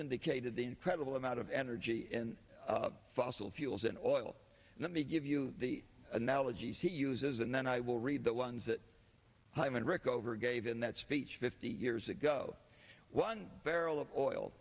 indicated the incredible amount of energy in fossil fuels and oil and let me give you the analogies he uses and then i will read the ones that hyman rickover gave in that speech fifty years ago one barrel of oil